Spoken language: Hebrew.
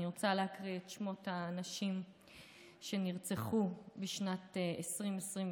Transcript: אני רוצה להקריא את שמות הנשים שנרצחו בשנת 2022,